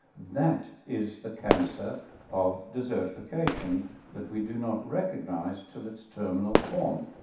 that is the cancer of desertification that we do not recognize till its terminal form.